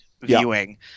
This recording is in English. viewing